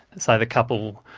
so the couple,